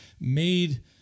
made